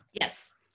Yes